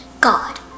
God